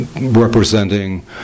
representing